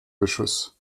beschuss